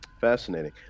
Fascinating